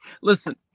Listen